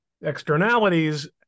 externalities